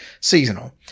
seasonal